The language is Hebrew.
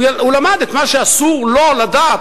הוא למד את מה שאסור לו לדעת,